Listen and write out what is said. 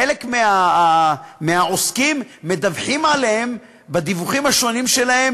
חלק מהעוסקים מדווחים עליהן בדיווחים השונים שלהם